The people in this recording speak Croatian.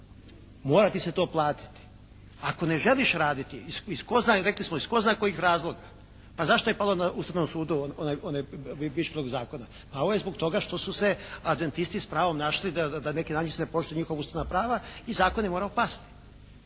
mora ti se to platiti. Ako ne želiš raditi iz tko zna, rekli smo iz tko zna kojih razloga, pa zašto je palo na Ustavnom sudu onaj …/Govornik se ne razumije./… zakona. Pa zbog toga što su se adventisti s pravom našli da neki način se poštuju njihova Ustavna prava i zakon je morao pasti.